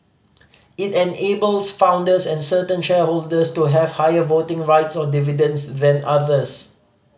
it enables founders and certain shareholders to have higher voting rights or dividends than others